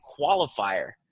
qualifier